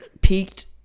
peaked